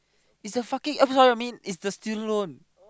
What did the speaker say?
it's the fucking oh sorry sorry I mean it's the student loan